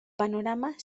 panorama